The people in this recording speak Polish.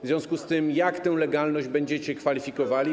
W związku z tym jak tę legalność będziecie kwalifikowali.